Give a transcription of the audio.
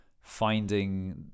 finding